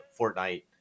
Fortnite